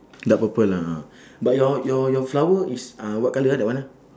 dark purple a'ah but your your your flower is uh what colour ah that one ah